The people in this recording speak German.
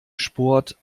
sport